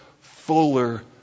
fuller